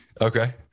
okay